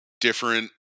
different